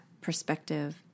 perspective